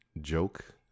joke